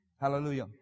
Hallelujah